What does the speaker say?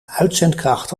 uitzendkracht